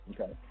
okay